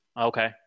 Okay